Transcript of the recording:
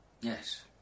Yes